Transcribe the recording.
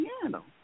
piano